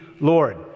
Lord